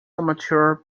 amateur